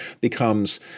becomes